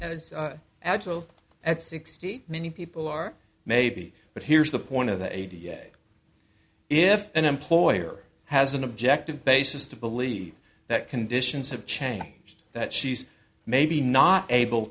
s agile at sixty many people are maybe but here's the point of the a t f if an employer has an objective basis to believe that conditions have changed that she's maybe not able